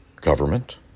government